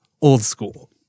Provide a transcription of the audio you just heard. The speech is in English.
Old-school